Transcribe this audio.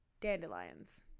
Dandelions